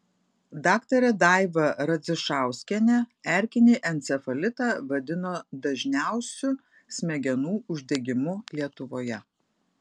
daktarė daiva radzišauskienė erkinį encefalitą vadino dažniausiu smegenų uždegimu lietuvoje